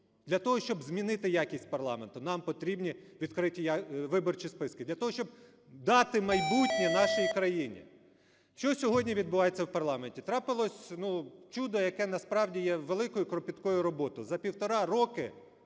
Для того, щоб змінити якість парламенту, нам потрібні відкриті виборчі списки, для того, щоб дати майбутнє нашій країні. Що сьогодні відбувається в парламенті? Трапилось, ну, чудо, яке насправді є великою і кропіткою роботою: за півтора роки